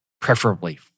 Preferably